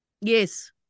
Yes